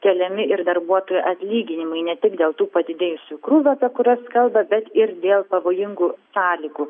keliami ir darbuotojų atlyginimai ne tik dėl tų padidėjusių krūvių apie kuriuos kalba bet ir dėl pavojingų sąlygų